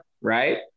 right